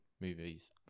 movies